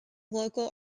local